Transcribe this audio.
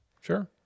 Sure